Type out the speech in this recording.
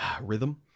rhythm